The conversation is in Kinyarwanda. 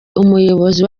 umuyobozi